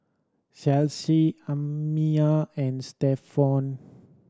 Chelsi Amiyah and Stephon